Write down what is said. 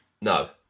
no